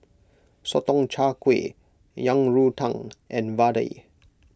Sotong Char Kway Yang Rou Tang and Vadai